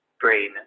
brain